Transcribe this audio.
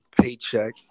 paycheck